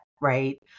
right